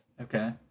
okay